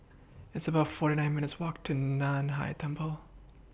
It's about forty nine minutes' Walk to NAN Hai Temple